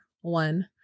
one